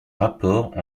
rapports